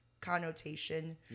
connotation